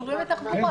קשורים לתחבורה.